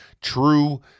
True